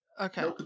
Okay